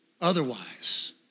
otherwise